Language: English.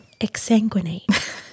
exsanguinate